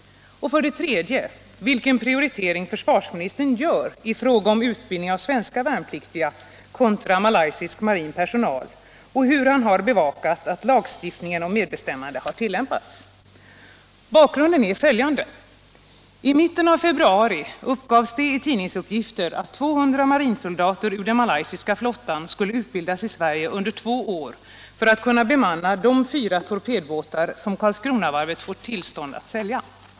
Den tredje frågan var vilken prioritering försvarsministern gör i fråga om utbildning av svenska värnpliktiga kontra malaysisk marinpersonal och hur han har bevakat att lagstiftningen om medbestämmande har tillämpats. Bakgrunden är följande. I mitten av februari uppgavs det i tidningsuppgifter att 200 marinsoldater vid malaysiska flottan skulle utbildas i Sverige under två år för att kunna bemanna de fyra torpedbåtar som Karlskronavarvet fått tillstånd att sälja.